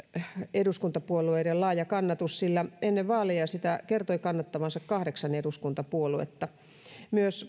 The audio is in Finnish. eduskuntapuolueiden laaja kannatus sillä ennen vaaleja sitä kertoi kannattavansa kahdeksan eduskuntapuoluetta myös kokoomushan